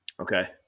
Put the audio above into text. Okay